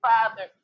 Father